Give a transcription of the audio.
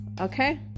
okay